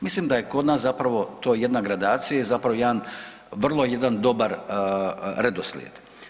Mislim da je kod nas zapravo to jedna gradacija i zapravo jedan, vrlo jedan dobar redoslijed.